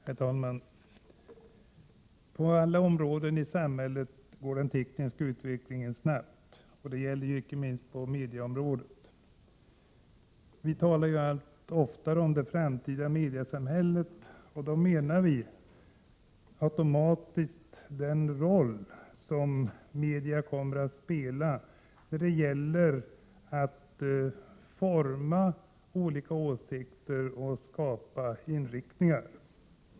Herr talman! På alla områden i samhället går den tekniska utvecklingen snabbt. Detta gäller icke minst på medieområdet. Vi talar ju allt oftare om det framtida mediesamhället. Med detta menar vi automatiskt den roll som media kommer att spela när det gäller att forma olika åsikter och skapa inriktningar.